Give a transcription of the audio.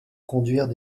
conduire